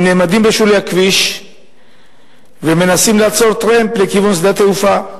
הם נעמדים בשולי הכביש ומנסים לעצור טרמפ לכיוון שדה התעופה.